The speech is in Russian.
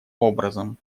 образом